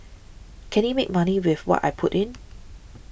can it make money with what I put in